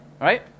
Right